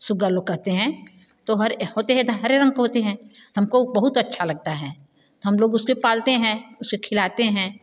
सुग्गा लोग कहते हैं तो होते हैं तो हरे रंग को होते हैं हमको वो बहुत अच्छा लगता है हम लोग उसके पालते हैं उसे खिलाते हैं